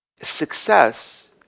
success